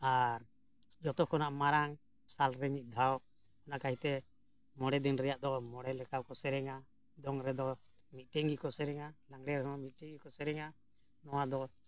ᱟᱨ ᱡᱚᱛᱚ ᱠᱷᱚᱱᱟᱜ ᱢᱟᱨᱟᱝ ᱥᱟᱞᱨᱮ ᱢᱤᱫ ᱫᱷᱟᱣ ᱚᱱᱟ ᱠᱷᱟᱹᱛᱤᱨ ᱛᱮ ᱢᱚᱬᱮ ᱫᱤᱱ ᱨᱮᱭᱟᱜ ᱫᱚ ᱢᱚᱬᱮ ᱞᱮᱠᱟ ᱠᱚ ᱥᱮᱨᱮᱧᱟ ᱫᱚᱝ ᱨᱮᱫᱚ ᱢᱤᱫᱴᱮᱱ ᱜᱮᱠᱚ ᱥᱮᱨᱮᱧᱟ ᱞᱟᱜᱽᱲᱮ ᱨᱮᱦᱚᱸ ᱢᱤᱫᱴᱮᱱ ᱜᱮᱠᱚ ᱥᱮᱨᱮᱧᱟ ᱱᱚᱣᱟ ᱫᱚ